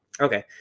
Okay